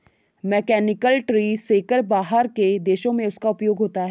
mechanical tree shaker बाहर के देशों में उसका उपयोग होता है